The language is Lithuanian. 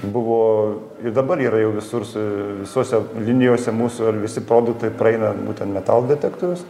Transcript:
buvo ir dabar yra jau visur visose linijose mūsų ar visi produktai praeina būtent metalo detektorius